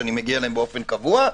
אני מגיע אליהן באופן קבוע,